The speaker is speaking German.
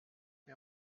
mir